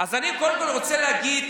אז אני קודם כול רוצה להגיד,